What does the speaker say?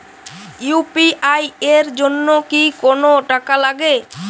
UPI এর জন্য কি কোনো টাকা লাগে?